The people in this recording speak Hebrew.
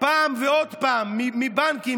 פעם ועוד פעם מבנקים,